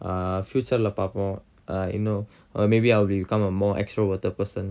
ah future lah பாப்பம்:pappam err இன்னும்:innum maybe I will become a more extroverted person